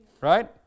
Right